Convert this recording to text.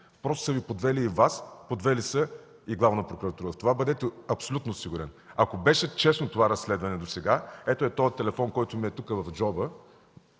просто са подвели и Вас, подвели са и Главна прокуратура? В това бъдете абсолютно сигурен. Ако беше честно това разследване досега, ето, този телефон, който ми е тук, в джоба,